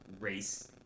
race